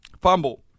fumble